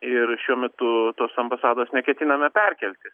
ir šiuo metu tos ambasados neketiname perkelti